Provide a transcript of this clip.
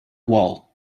wall